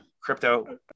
Crypto